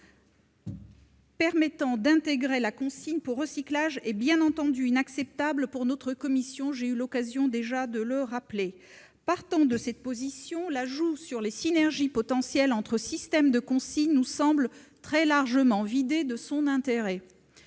permettant d'intégrer la consigne pour recyclage, est bien entendu inacceptable pour notre commission, comme j'ai déjà eu l'occasion de le rappeler. Partant, l'ajout sur les synergies potentielles entre systèmes de consigne nous semble très largement vidé de son intérêt.